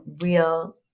real